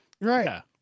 Right